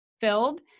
filled